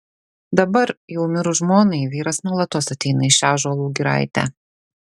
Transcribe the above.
dabar jau mirus žmonai vyras nuolatos ateina į šią ąžuolų giraitę